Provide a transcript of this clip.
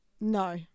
No